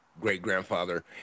great-grandfather